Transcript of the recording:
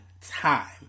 time